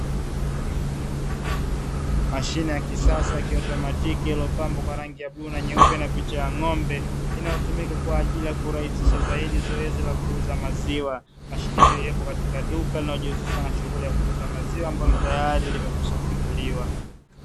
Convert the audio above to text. Mashine ya kisasa ya kiotomatiki iliyopambwa kwa rangi ya bluu na nyeupe na picha ya ng'ombe inayotumika kwaajili ya kurahisisha zaidi zoezi la kuuza maziwa, mashine hiyo iliyopo katika duka linalojihusisha na shughuli ya kuuza maziwa ambalo tayari limekwisha funguliwa.